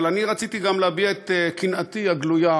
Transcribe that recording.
אבל רציתי גם להביע את קנאתי הגלויה